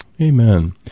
Amen